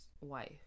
wife